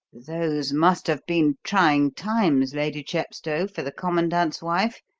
those must have been trying times, lady chepstow, for the commandant's wife,